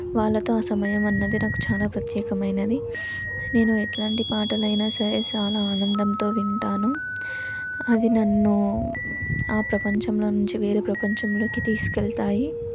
వాళ్ళతో ఆ సమయం అన్నది నాకు చాలా ప్రత్యేకమైనది నేను ఎట్లాంటి పాటలైనా సరే చాలా ఆనందంతో వింటాను అది నన్ను ఆ ప్రపంచంలో నుంచి వేరే ప్రపంచంలోకి తీసుకెళతాయి